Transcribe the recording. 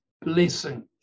blessing